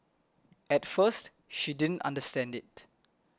at first she didn't understand it